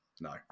no